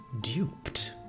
duped